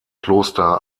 kloster